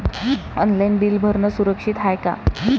Online bill भरनं सुरक्षित हाय का?